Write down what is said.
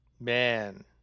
Man